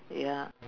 ya